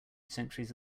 centuries